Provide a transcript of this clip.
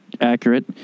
accurate